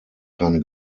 keine